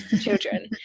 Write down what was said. children